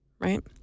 right